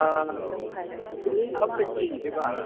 ꯑꯥ ꯈꯣꯡꯎꯞ ꯑꯝꯇ ꯌꯦꯡꯒꯦꯕ